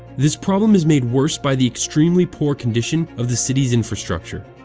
this problem is made worse by the extremely poor condition of the city's infrastructure.